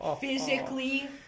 Physically